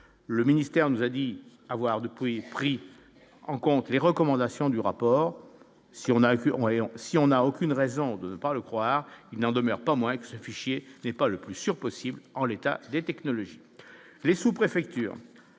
le ministère nous a dit avoir Dupouy pris en compte les recommandations du rapport si on a vu, on est si on n'a aucune raison de ne pas le croire, il n'en demeure pas moins que ce fichier n'est pas le plus sûr possible en l'état des technologies, les sous-préfectures,